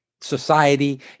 society